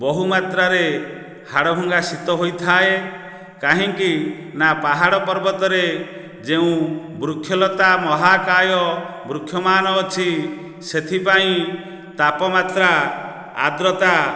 ବହୁ ମାତ୍ରାରେ ହାଡ଼ ଭଙ୍ଗା ଶୀତ ହୋଇଥାଏ କାହିଁକି ନା ପାହାଡ଼ ପର୍ବତରେ ଯେଉଁ ବୃକ୍ଷଲତା ମହାକାୟ ବୃକ୍ଷମାନ ଅଛି ସେଥିପାଇଁ ତାପମାତ୍ରା ଆଦ୍ରତା